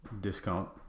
discount